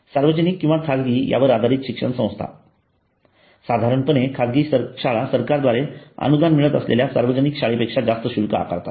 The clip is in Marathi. सार्वजनिक किंवा खाजगी यावर आधारित शिक्षण संस्था साधारणपणे खाजगी शाळा सरकारद्वारे अनुदान मिळत असलेल्या सार्वजनिक शाळांपेक्षा जास्त शुल्क आकारतात